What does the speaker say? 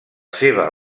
seva